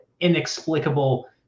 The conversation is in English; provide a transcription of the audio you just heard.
inexplicable